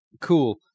Cool